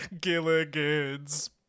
Gilligan's